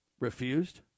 refused